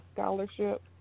scholarship